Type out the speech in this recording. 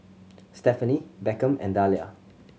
Stephenie Beckham and Dahlia